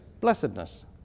blessedness